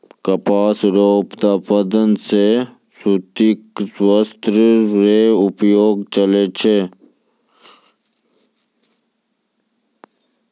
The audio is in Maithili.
कपास रो उप्तादन से सूती वस्त्र रो उद्योग चलै छै